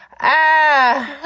i,